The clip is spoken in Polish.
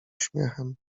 śmiechem